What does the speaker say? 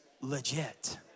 legit